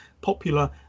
popular